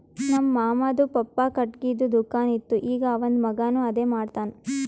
ನಮ್ ಮಾಮಾದು ಪಪ್ಪಾ ಖಟ್ಗಿದು ದುಕಾನ್ ಇತ್ತು ಈಗ್ ಅವಂದ್ ಮಗಾನು ಅದೇ ಮಾಡ್ತಾನ್